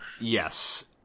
Yes